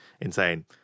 insane